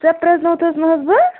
ژےٚ پرٛزنٲوتھَس نہَ حظ بہٕ